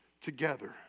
together